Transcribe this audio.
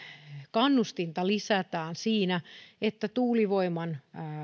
kannustinta lisätään niin että tuulivoiman